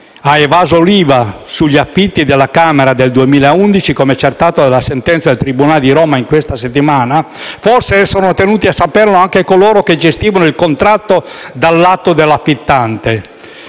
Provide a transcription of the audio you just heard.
ha evaso l'IVA sugli affitti della Camera del 2011 (come accertato dalla sentenza del tribunale di Roma in questa settimana), forse sono tenuti a saperlo anche coloro che gestivano il contratto dal lato dell'affittante.